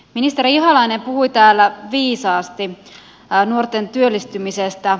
ministeri ihalainen puhui täällä viisaasti nuorten työllistymisestä